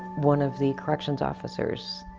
one of the corrections officers